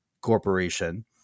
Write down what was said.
corporation